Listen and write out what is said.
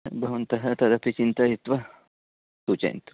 भवन्तः तदपि चिन्तयित्वा सूचयन्तु